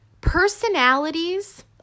personalities